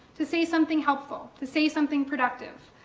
to say something helpful, to say something productive.